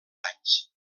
anys